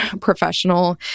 professional